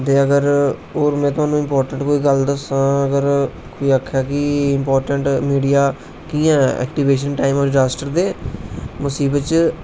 दे अगर और में थुहानू इक इमपाटेंट कोई गल्ल दस्सां अगर कोई आक्खे कि इमपांटेट मिडिया कियां ऐ ऐक्टीवेशन टाइम डिजास्टर दे मुसीबत च